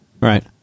Right